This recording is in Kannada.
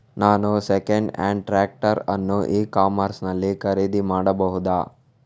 ನಾನು ಸೆಕೆಂಡ್ ಹ್ಯಾಂಡ್ ಟ್ರ್ಯಾಕ್ಟರ್ ಅನ್ನು ಇ ಕಾಮರ್ಸ್ ನಲ್ಲಿ ಖರೀದಿ ಮಾಡಬಹುದಾ?